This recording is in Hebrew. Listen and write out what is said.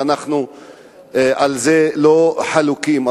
ואנחנו על זה לא חלוקים.